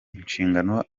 inshingano